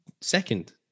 second